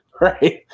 Right